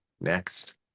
next